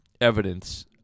evidence